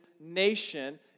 nation